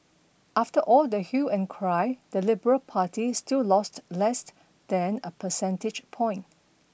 after all the hue and cry the liberal party still lost less than a percentage point